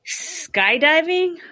Skydiving